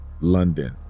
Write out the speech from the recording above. London